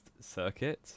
circuit